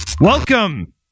Welcome